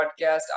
podcast